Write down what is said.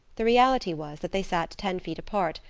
the reality was that they sat ten feet apart,